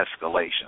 escalation